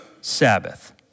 Sabbath